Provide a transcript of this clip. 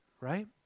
right